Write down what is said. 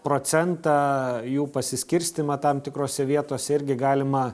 procentą jų pasiskirstymą tam tikrose vietose irgi galima